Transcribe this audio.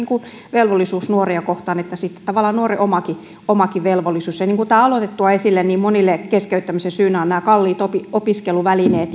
velvollisuus nuoria kohtaan että tavallaan nuoren omakin omakin velvollisuus ja niin kun tämä aloite tuo esille niin monille keskeyttämisen syynä on nämä kalliit opiskeluvälineet